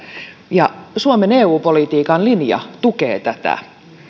ja suomen eu politiikan linja tukee tätä